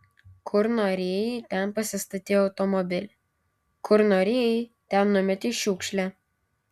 kur norėjai ten pasistatei automobilį kur norėjai ten numetei šiukšlę